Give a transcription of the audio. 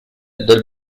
del